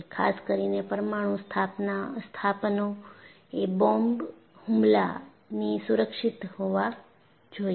ખાસ કરીને પરમાણુ સ્થાપનો એ બોમ્બ હુમલાથી સુરક્ષિત હોવા જોઈએ